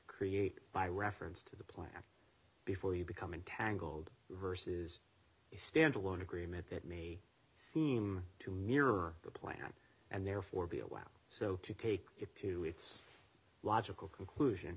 create by reference to the plan before you become entangled versus a standalone agreement that may seem to mirror the plan and therefore be a while so to take it to its logical conclusion